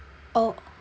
oh